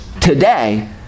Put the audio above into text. today